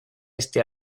este